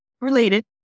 Related